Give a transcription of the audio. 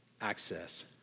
access